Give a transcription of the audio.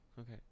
Okay